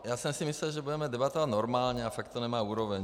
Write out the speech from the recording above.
Já jsem si myslel, že budeme debatovat normálně, a fakt to nemá úroveň.